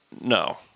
no